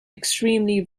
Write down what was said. extremely